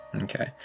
Okay